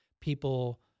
people